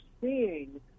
seeing